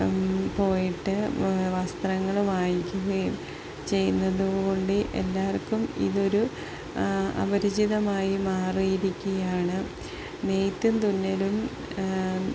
പോയിട്ട് വസ്ത്രങ്ങള് വാങ്ങിക്കുകയും ചെയ്യുന്നതുകൊണ്ട് എല്ലാവർക്കും ഇതൊരു അപരിചിതമായി മാറിയിരിക്കുകയാണ് നെയ്ത്തും തുന്നലും